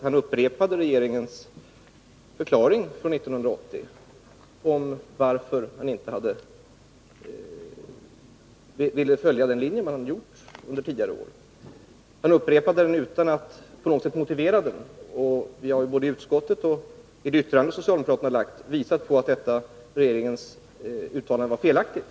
Han upprepade regeringens förklaring från 1980 till att man inte ville fortsätta följa den linje man valt tidigare år. Han upprepade den utan att på något sätt motivera den. Vi har både i utskottet och i det särskilda yttrande socialdemokraterna gjort visat på att detta regeringens ställningstagande var felaktigt.